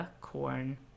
Corn